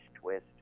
twist